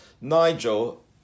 Nigel